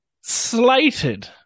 Slated